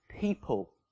people